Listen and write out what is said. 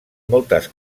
moltes